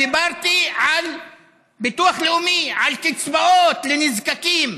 דיברתי על ביטוח לאומי, על קצבאות לנזקקים.